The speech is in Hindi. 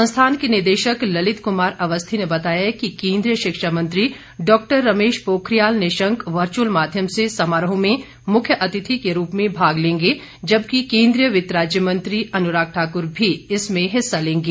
संस्थान के निदेशक ललित कुमार अवस्थी ने बताया कि केंद्रीय शिक्षा मंत्री डॉक्टर रमेश पोखरियाल निशंक वर्चअल माध्यम से समारोह में मुख्य अतिथि के रूप में भाग लेंगे जबकि केंद्रीय वित्त राज्य मंत्री अनुराग ठाकुर भी इसमें हिस्सा लेंगे